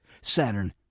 Saturn